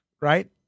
right